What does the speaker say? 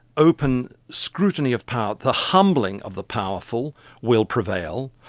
open scrutiny of power, the humbling of the powerful will prevail,